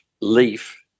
leaf